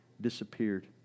disappeared